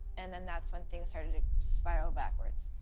and then that's when things started to spiral backwards.